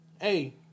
hey